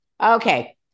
okay